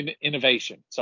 innovation